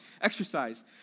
exercise